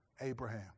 Abraham